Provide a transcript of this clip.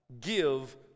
give